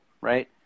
right